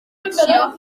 acció